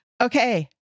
Okay